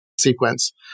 sequence